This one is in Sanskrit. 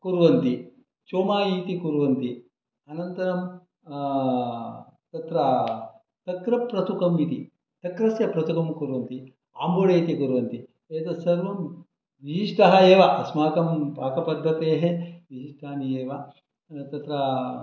कुर्वन्ति चोमै इति कुर्वन्ति अनन्तरं तत्र तक्रप्रथुकम् इति तक्रस्य प्रथुकम् कुर्वन्ति आम्बोडे इति कुर्वन्ति एतत् सर्वं विशिष्टः एव अस्माकं पाकपद्धतेः विशिष्टानि एव तत्र